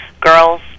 girls